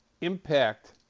impact